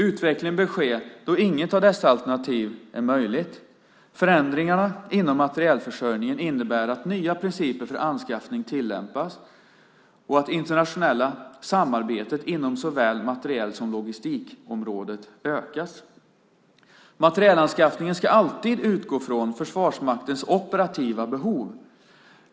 Utveckling bör ske då inget av dessa alternativ är möjligt. Förändringarna inom materielförsörjningen innebär att nya principer för anskaffning tillämpas och att det internationella samarbetet inom såväl materiel som logistikområdet ökas. Materielanskaffningen ska alltid utgå från Försvarsmaktens operativa behov.